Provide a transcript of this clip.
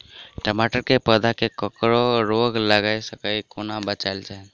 टमाटर केँ पौधा केँ कोकरी रोग लागै सऽ कोना बचाएल जाएँ?